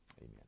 Amen